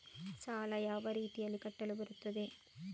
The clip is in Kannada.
ಸಾಲ ಯಾವ ರೀತಿ ಕಟ್ಟಲು ಬರುತ್ತದೆ?